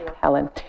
Helen